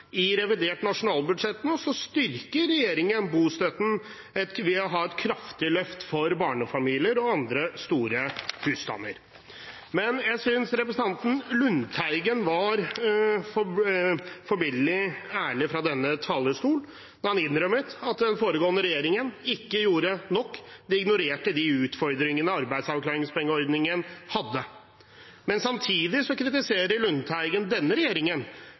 i revidert nasjonalbudsjett nå styrker regjeringen bostøtten ved å ha et kraftig løft for barnefamilier og andre store husstander. Jeg synes representanten Lundteigen var forbilledlig ærlig fra denne talerstol da han innrømmet at den foregående regjeringen ikke gjorde nok, den ignorerte de utfordringene arbeidsavklaringspengeordningen hadde. Men samtidig kritiserer Lundteigen denne regjeringen